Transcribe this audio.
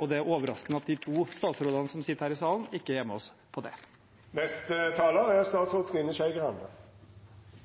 og det er overraskende at de to statsrådene som sitter i salen, ikke er med oss på det.